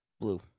blue